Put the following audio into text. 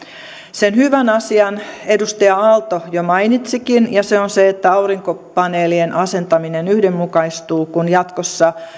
sen hyvän asian edustaja aalto jo mainitsikin ja se on se että aurinkopaneelien asentaminen yhdenmukaistuu kun jatkossa